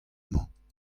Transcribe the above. mañ